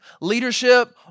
leadership